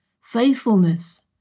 faithfulness